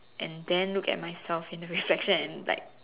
and then look at myself in the reflection and like